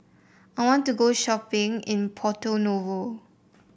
I want to go shopping in Porto Novo